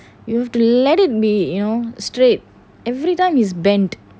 you let it be you know straight everytime is bent